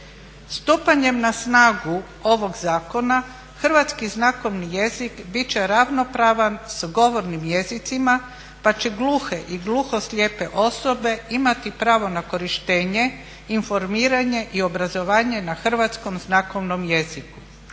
Stupanjem na snagu ovog zakona Hrvatski znakovni jezik bit će ravnopravan s govornim jezicima pa će gluhe i gluhoslijepe osobe imati pravo na korištenje, informiranje i obrazovanje na Hrvatskom znakovnom jeziku.